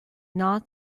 not